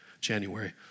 January